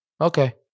okay